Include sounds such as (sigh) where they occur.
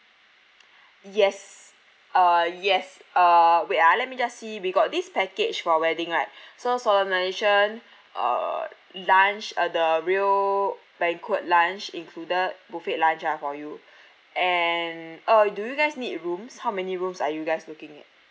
(breath) yes uh yes uh wait ah let me just see we got this package for wedding right (breath) so solemnisation (breath) uh lunch uh the meal banquet lunch included buffet lunch ah for you (breath) and uh do you guys need rooms how many rooms are you guys looking at